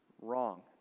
Wrong